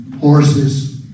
horses